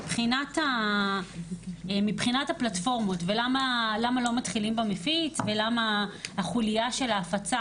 מבחינת הפלטפורמות ולמה לא מתחילים במפיץ ולמה החוליה שלה ההפצה